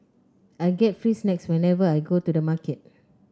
I get free snacks whenever I go to the market